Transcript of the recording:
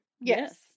Yes